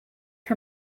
her